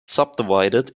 subdivided